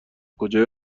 کجای